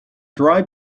dry